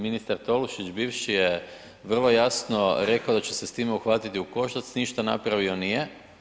Ministar Tolušić bivši je vrlo jasno rekao da će se s time uhvatiti u koštac, ništa napravio nije.